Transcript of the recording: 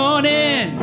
Morning